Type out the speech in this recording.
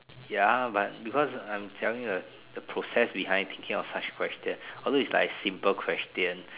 ya but because I'm telling you a the process behind thinking of such question although it's like a simple question